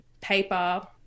paper